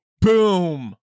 Boom